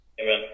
Amen